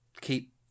keep